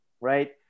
right